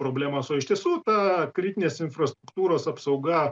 problemas o iš tiesų ta kritinės infrastruktūros apsauga